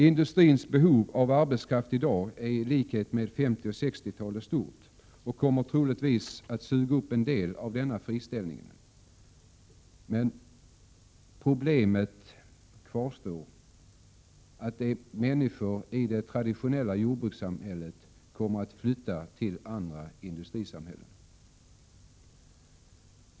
Industrins behov av arbetskraft är i dag, i likhet med under 1950 och 1960-talen, stort och kommer troligtvis att suga upp en del av denna friställning. Det problem som kvarstår är att människor i det traditionella jordbrukssamhället kommer att flytta till andra industrisamhällen.